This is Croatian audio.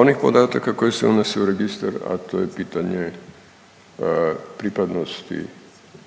onih podataka koji se unose u Registar, a to je pitanje pripadnosti